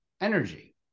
energy